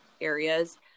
areas